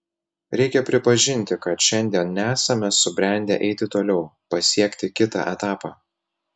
reikia pripažinti kad šiandien nesame subrendę eiti toliau pasiekti kitą etapą